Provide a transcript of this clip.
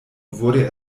wurde